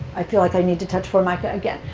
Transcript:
i feel like i need to touch formica again.